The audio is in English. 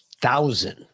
thousand